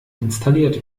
installiert